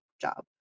job